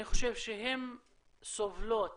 אני חושב שהן סובלות